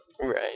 Right